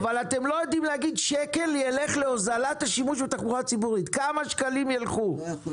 להוזיל את התחבורה הציבורית, להקצות